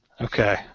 Okay